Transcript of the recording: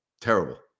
terrible